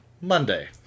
Monday